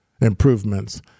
improvements